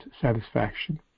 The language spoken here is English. satisfaction